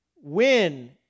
win